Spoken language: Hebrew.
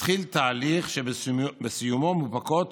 מתחיל תהליך שבסיומו מופקות